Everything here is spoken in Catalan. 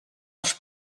els